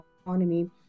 economy